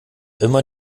immer